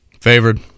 Favored